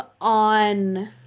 on